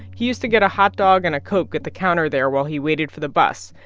he used to get a hotdog and a coke at the counter there while he waited for the bus,